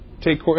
take